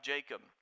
Jacob